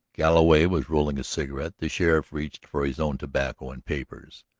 galloway was rolling a cigarette. the sheriff reached for his own tobacco and papers.